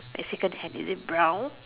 African hand is it brown